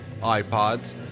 iPods